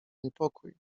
niepokój